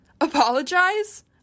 Apologize